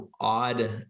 odd